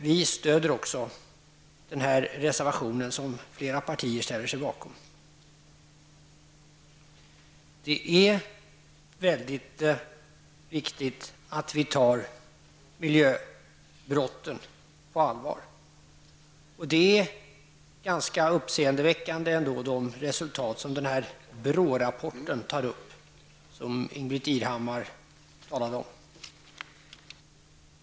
Vi stöder också reservation 3, som flera partier ställer sig bakom. Det är viktigt att vi tar miljöbrotten på allvar. De resultat som redovisas i den BRÅ-rapport som Ingbritt Irhammar talade om är ganska uppseendeväckande.